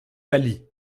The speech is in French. mali